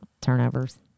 turnovers